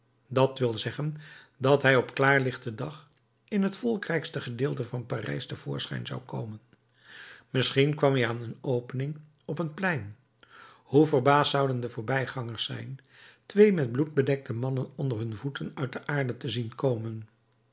dat wil zeggen dat hij op klaarlichten dag in het volkrijkste gedeelte van parijs te voorschijn zou komen misschien kwam hij aan een opening op een plein hoe verbaasd zouden de voorbijgangers zijn twee met bloed bedekte mannen onder hun voeten uit de aarde te zien komen